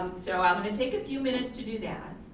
so i'm gonna take a few minutes to do that,